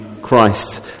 Christ